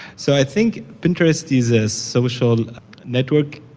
so i think pinterest is a social network.